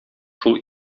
шул